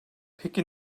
peki